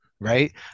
right